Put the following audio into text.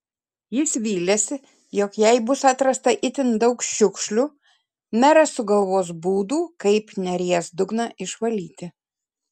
jis vylėsi jog jei bus atrasta itin daug šiukšlių meras sugalvos būdų kaip neries dugną išvalyti